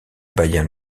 bayern